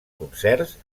concerts